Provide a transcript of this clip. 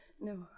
No